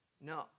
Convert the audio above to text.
No